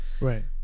Right